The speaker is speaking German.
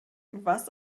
was